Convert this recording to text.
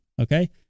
okay